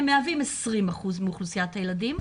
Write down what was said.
הם מהווים 20% מאוכלוסיית הילדים,